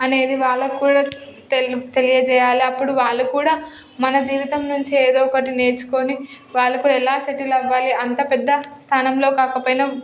అనేది వాళ్ళకు కూడా తెలి తెలియజేయాలి అప్పుడు వాళ్ళు కూడా మన జీవితం నుంచి ఏదో ఒకటి నేర్చుకుని వాళ్ళకు ఎలా సెటిల్ అవ్వాలి అంత పెద్ద స్థానంలో కాకపోయినా